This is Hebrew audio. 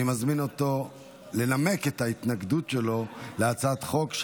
אני מזמין אותו לנמק את ההתנגדות שלו להצעת החוק.